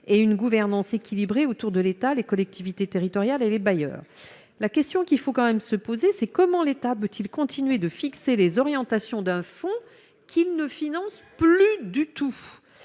et une gouvernance équilibrée autour de l'État, les collectivités territoriales et les bailleurs, la question qu'il faut quand même se poser, c'est comment l'État peut-il continuer de fixer les orientations d'un. Font qu'il ne finance plus du tout.